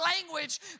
language